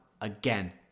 again